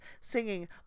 singing